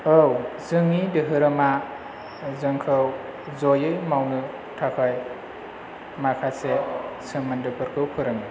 औ जोंनि धोरोमा जोंखौ जयै मावनो थाखाय माखासे सोमोन्दो फोरखौ फोरोङो